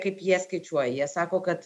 kaip jie skaičiuoja jie sako kad